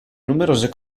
numerose